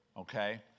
Okay